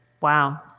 Wow